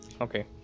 Okay